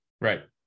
Right